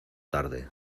tarde